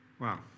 Wow